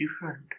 different